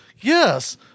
yes